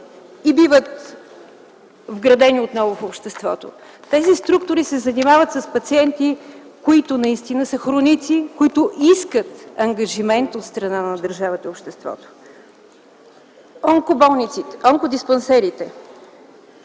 биват вградени отново в обществото. Тези структури се занимават с пациенти, които наистина са хроници, които искат ангажимент от страна на държавата и обществото. Онкодиспансерите.